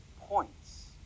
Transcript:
points